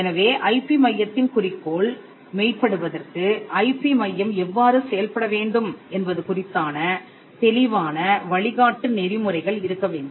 எனவே ஐபி மையத்தின் குறிக்கோள் மெய்ப் படுவதற்கு ஐபி மையம் எவ்வாறு செயல்பட வேண்டும் என்பது குறித்தான தெளிவான வழிகாட்டு நெறிமுறைகள் இருக்கவேண்டும்